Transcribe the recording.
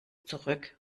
zurück